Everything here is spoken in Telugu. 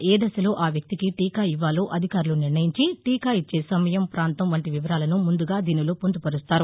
ఏ దశలో ఆ వ్యక్తికి టీకా ఇవ్వాలో అధికారులు నిర్ణయించి టీకా ఇచ్చే సమయం ప్రాంతం వంటి వివరాలను ముందుగా దీనిలో పొందుపరుస్తారు